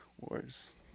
wars